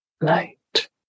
light